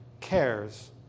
cares